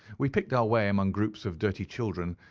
we picked our way among groups of dirty children,